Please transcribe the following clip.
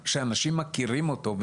שאנשים מכירים אותו.